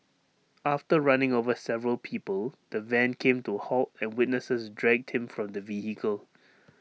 after running over several people the van came to A halt and witnesses dragged him from the vehicle